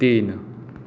तीन